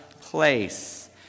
place